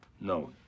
no